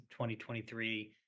2023